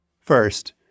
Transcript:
First